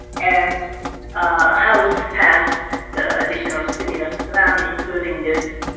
and house passed the additional stimulus plan, including this